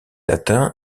atteint